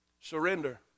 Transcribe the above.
Surrender